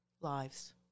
lives